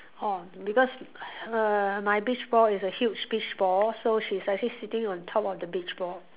orh because err my beach ball is a huge beach ball so she's actually sitting on top of the beach ball